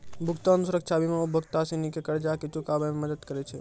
भुगतान सुरक्षा बीमा उपभोक्ता सिनी के कर्जा के चुकाबै मे मदद करै छै